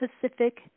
Pacific